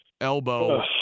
elbow